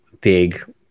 big